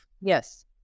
yes